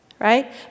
right